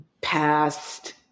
past